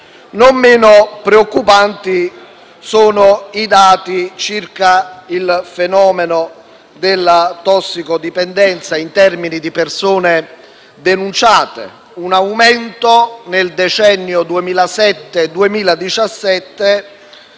Non meno preoccupanti sono i dati circa il fenomeno della tossicodipendenza in termini di persone denunciate; un aumento nel decennio 2007-2017